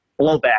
blowback